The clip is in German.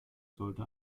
sollte